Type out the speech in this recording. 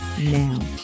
now